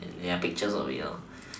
then then there are pictures of it